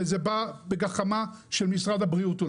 זה בא בגחמה של משרד הבריאות.